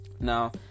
Now